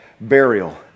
burial